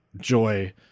joy